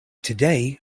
today